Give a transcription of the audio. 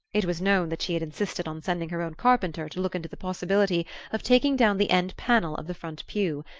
it was known that she had insisted on sending her own carpenter to look into the possibility of taking down the end panel of the front pew,